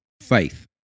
faith